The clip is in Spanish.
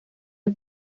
del